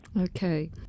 Okay